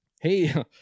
Hey